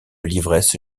l’ivresse